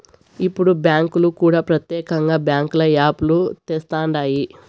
ఇప్పుడు బ్యాంకులు కూడా ప్రత్యేకంగా బ్యాంకుల యాప్ లు తెస్తండాయి